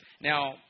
Now